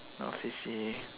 no C_C_A